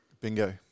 Bingo